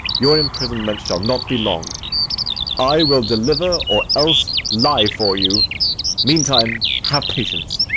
your imprisonment shall not be long i will deliver or else lie for you meantime, have patience.